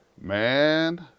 Man